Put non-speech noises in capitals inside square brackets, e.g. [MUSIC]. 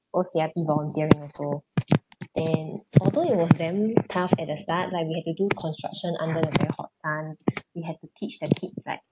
O_C_I_P volunteering also then although it was very tough at the start like we had to do construction under the very hot sun [BREATH] we had to teach the kids like